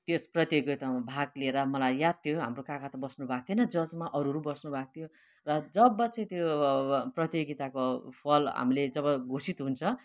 त्यस प्रतियोगितामा भाग लिएर मलाई याद थियो हाम्रो काका त बस्नुभएको थिएन जजमा अरू अरू बस्नुभएको थियो र जब चाहिँ त्यो प्रतियोगिताको फल हामीले जब घोषित हुन्छ